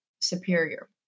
superior